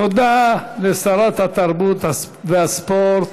תודה לשרת התרבות והספורט,